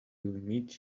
meet